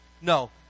No